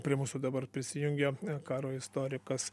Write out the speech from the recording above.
prie mūsų dabar prisijungia karo istorikas